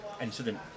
incident